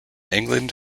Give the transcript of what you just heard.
england